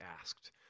asked